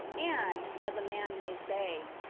and, as a man may say,